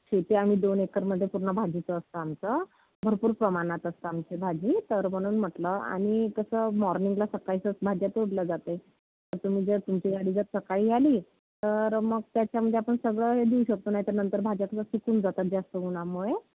शेती आम्ही दोन एकरमध्ये पूर्ण भाजीचं असतं आमचं भरपूर प्रमाणात असतं आमची भाजी तर म्हणून म्हटलं आणि कसं मॉर्निंगला सकाळीसच भाज्या तोडल्या जाते तर तुम्ही जर तुमची गाडी जर सकाळी आली तर मग त्याच्यामध्ये आपण सगळं हे देऊ शकतो नाही तर नंतर भाज्या मग सुकून जातात जास्त उन्हामुळे